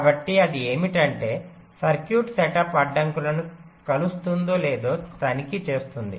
కాబట్టి అది ఏమిటంటే సర్క్యూట్ సెటప్ అడ్డంకులను కలుస్తుందో లేదో తనిఖీ చేస్తుంది